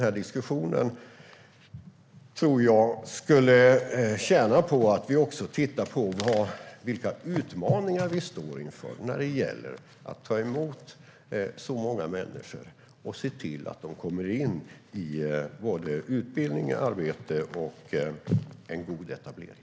Denna diskussion skulle tjäna på att vi tittar på vilka utmaningar vi står inför när det gäller att ta emot många människor och se till att de kommer in i såväl utbildning och arbete som en god etablering.